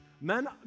Men